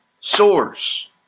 source